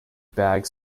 bag